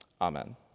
amen